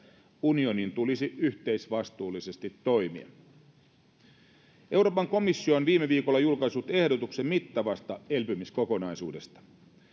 unionin tulisi toimia yhteisvastuullisesti ehkä vieläkin pahemmissa kriiseissä euroopan komissio on viime viikolla julkaissut ehdotuksen mittavasta elpymiskokonaisuudesta